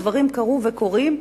דברים קרו וקורים,